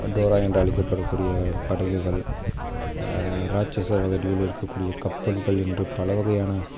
Dora என்று அழைக்கப்படக்கூடிய படகுகள் ராட்சஸ வடிவில் இருக்கக்கூடிய கப்பல்கள் என்று பல வகையான